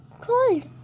Cold